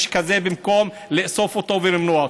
הנשק הזה במקום לאסוף אותו ולמנוע אותו.